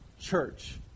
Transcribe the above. Church